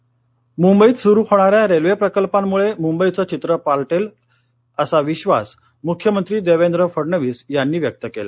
railway शभारंभ मुंबईत सुरु होणाऱ्या रेल्वे प्रकल्पांमुळे मुंबईचं चित्र पालटेल असा विश्वास मुख्यमंत्री देवेंद्र फडणवीस यांनी व्यक्त केला